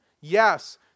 Yes